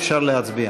אפשר להצביע.